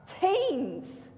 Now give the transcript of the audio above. teens